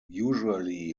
usually